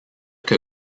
que